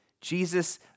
Jesus